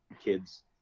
kids